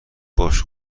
باش